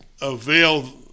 avail